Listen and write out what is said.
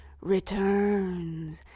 returns